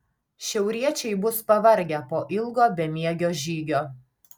šiauriečiai bus pavargę po ilgo bemiegio žygio